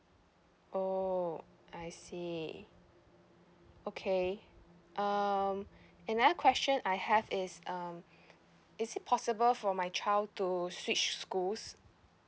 oh I see okay um another question I have is um is it possible for my child to switch schools